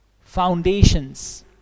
foundations